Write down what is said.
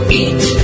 eat